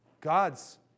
God's